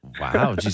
Wow